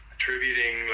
attributing